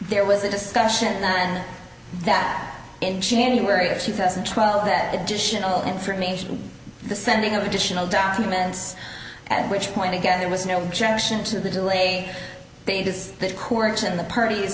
there was a discussion that in january of two thousand and twelve that additional information the sending of additional documents at which point again there was no objection to the delay because the court's in the parties